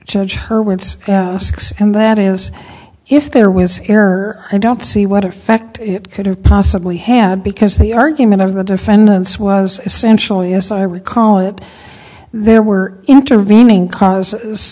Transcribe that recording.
judge her words asks and that is if there was here i don't see what effect it could have possibly had because the argument of the defendants was essentially as i recall it there were intervening cause